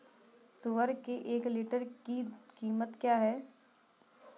सुअर के एक लीटर दूध की कीमत क्या है?